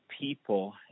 people